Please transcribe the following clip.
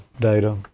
DATA